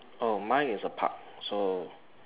oh mine is a park so